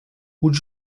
would